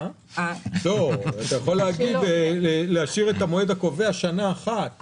אתה יכול להשאיר את המועד הקובע שנה אחת.